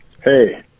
Hey